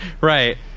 Right